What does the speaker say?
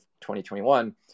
2021